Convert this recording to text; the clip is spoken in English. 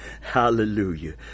Hallelujah